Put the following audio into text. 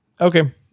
Okay